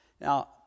Now